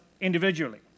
individually